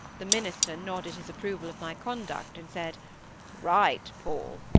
the minister nodded his approval of my conduct, and said right, paul!